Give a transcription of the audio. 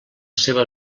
seva